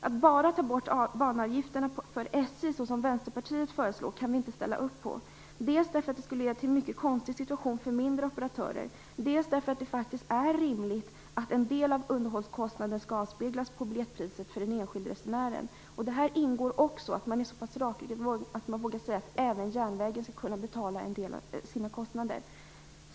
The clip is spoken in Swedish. Att bara ta bort banavgifterna för SJ, såsom Vänsterpartiet föreslår, kan vi inte ställa upp på, dels därför att det skulle leda till en mycket konstig situation för mindre operatörer, dels därför att det faktiskt är rimligt att en del av underhållskostnaden avspeglas på biljettpriset för den enskilde resenären. Detta ingår också. Man skall vara så pass rakryggad att man vågar säga att även järnvägen skall betala en del av sina kostnader.